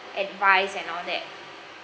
advice and all that